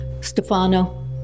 Stefano